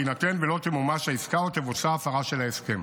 בהינתן שלא תמומש העסקה או תבוצע הפרה של ההסכם.